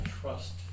trust